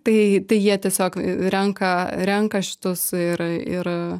tai tai jie tiesiog renka renka šitus ir ir